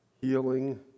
healing